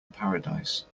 paradise